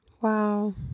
Wow